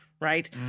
Right